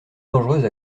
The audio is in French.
dangereuse